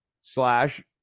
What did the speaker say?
slash